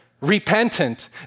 repentant